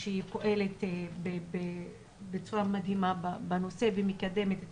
שהיא פועלת בצורה מדהימה בנושא ומקדמת את